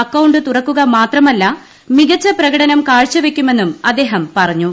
account തുറക്കുക മാത്രമല്ല മികച്ച പ്രകടനം കാഴ്ചവെയ്ക്കുമെന്നും അദ്ദേഹം പറഞ്ഞു